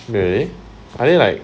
really are they like